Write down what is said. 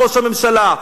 ראש הממשלה,